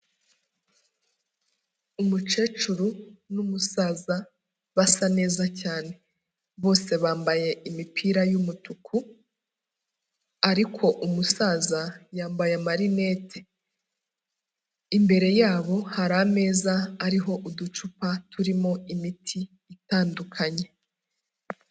Umukecuru n'umusaza basa neza cyane, bose bambaye imipira y'umutuku ariko umusaza yambaye amarinete, imbere yabo hari ameza ariho uducupa turimo imiti itandukanye.